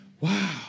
Wow